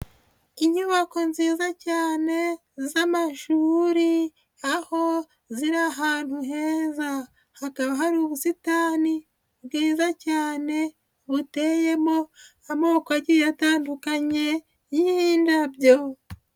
Inyubako nziza cyane z'amashuri, aho ziri ahantu heza. Hakaba hari ubusitani bwiza cyane buteyemo amoko agiye atandukanye y'indabyo.